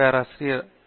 பேராசிரியர் அபிஜித் பி